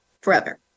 forever